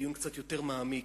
דיון קצת יותר מעמיק.